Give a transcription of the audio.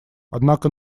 однако